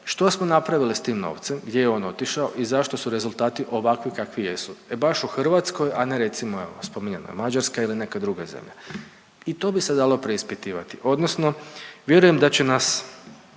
Što smo napravili s tim novcem? Gdje je on otišao? I zašto su rezultati ovakvi kakvi jesu? E baš u Hrvatskoj, a ne recimo evo spominjana je Mađarska ili neka druga zemlja. I to bi se dalo preispitivati, odnosno vjerujem da će nas